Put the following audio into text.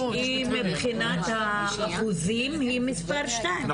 מבחינת אחוזים היא מספר 2,